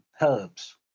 herbs